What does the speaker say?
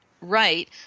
right